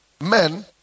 men